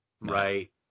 right